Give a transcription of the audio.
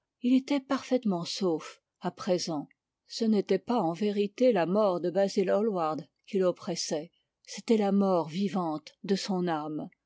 il était parfaitement sauf à présent ce n'était pas en vérité la mort de basil hallward qui l'oppressait c'était la mort vivante de son âme